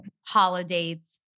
holidays